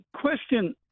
question